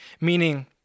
Meaning